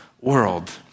world